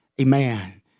amen